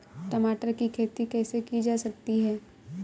टमाटर की खेती कैसे की जा सकती है?